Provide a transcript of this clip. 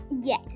Yes